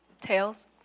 Tails